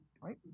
right